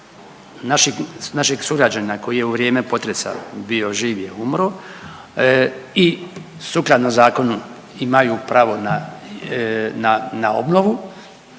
našeg sugrađanina koji je u vrijeme potresa bio živ je umro i sukladno zakonu imaju pravo na, na obnovu.